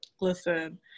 Listen